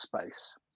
space